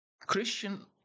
Christian